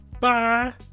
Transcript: Bye